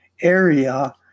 area